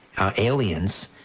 aliens